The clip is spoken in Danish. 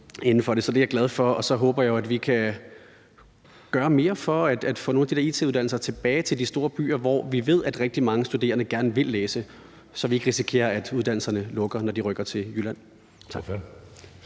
Så det er jeg glad for, og så håber jeg jo, at vi kan gøre mere for at få nogle af de her it-uddannelser tilbage til de store byer, hvor vi ved at rigtig mange studerende gerne vil læse, så vi ikke risikerer, at uddannelserne lukker, når de rykker til Jylland.